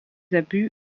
abus